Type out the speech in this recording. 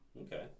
Okay